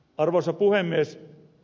arvoisa puhemies